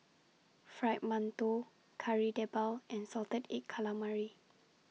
Fried mantou Kari Debal and Salted Egg Calamari